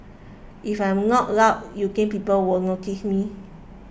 if I am not loud you think people will notice me